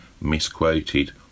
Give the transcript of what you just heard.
misquoted